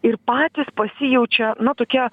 ir patys pasijaučia na tokie